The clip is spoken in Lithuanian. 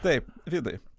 taip vidai